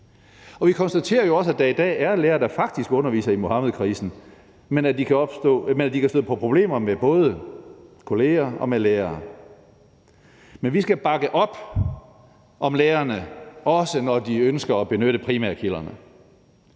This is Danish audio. Vi konstaterer jo også, at der i dag er lærere, der faktisk underviser i Muhammedkrisen, men at de kan støde på problemer med både kolleger og andre lærere. Men vi skal bakke op om lærerne, også når de ønsker at benytte primærkilderne.